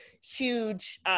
huge